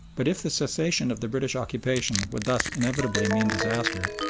but if the cessation of the british occupation would thus inevitably mean disaster,